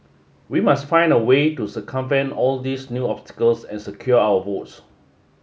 we must find a way to circumvent all these new obstacles and secure our votes